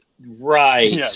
Right